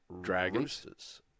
Dragons